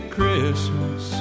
Christmas